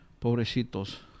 pobrecitos